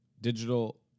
digital